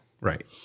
Right